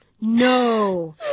no